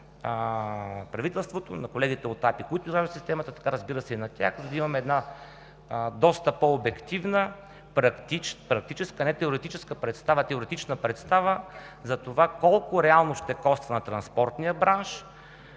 правителството, на колегите от АПИ, които изграждат системата, така, разбира се, и на тях, за да имаме една доста по-обективна практическа, а не теоретическа представа, теоретична представа за това колко реално ще коства на транспортния бранш